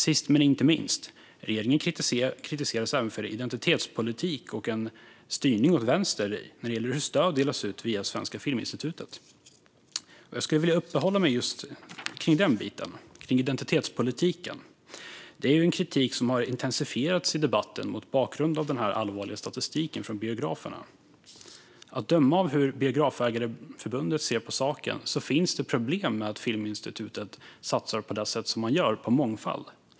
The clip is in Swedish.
Sist men inte minst: Regeringen kritiseras även för identitetspolitik och en styrning åt vänster när det gäller hur stöd delas ut via Svenska Filminstitutet. Jag skulle vilja uppehålla mig just vid frågan om identitetspolitiken. Det är en kritik som har intensifierats i debatten mot bakgrund av den allvarliga statistiken från biograferna. Att döma av hur Biografägareförbundet ser på saken finns problem med att Filminstitutet satsar på det sätt man gör på mångfald.